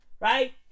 right